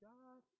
God